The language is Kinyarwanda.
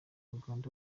uganda